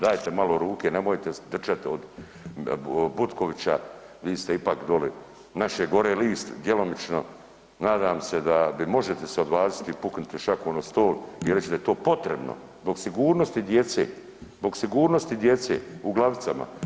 Dajte malo ruke nemojte trčati od Butkovića, vi ste ipak doli naše gore list djelomično, nadam se da možete se odvažiti i pukniti šakom o stol i reći da je to potrebno zbog sigurnosti djece, zbog sigurnosti djece u Glavicama.